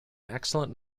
excellent